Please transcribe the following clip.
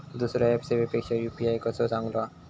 दुसरो ऍप सेवेपेक्षा यू.पी.आय कसो चांगलो हा?